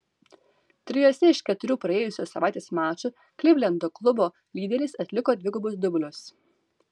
trijuose iš keturių praėjusios savaitės mačų klivlendo klubo lyderis atliko dvigubus dublius